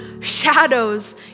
shadows